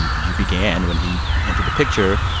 and you began, when he entered the picture,